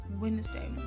Wednesday